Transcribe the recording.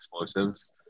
explosives